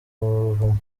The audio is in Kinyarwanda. buvumo